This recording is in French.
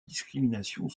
discrimination